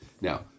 Now